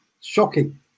shocking